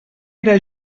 era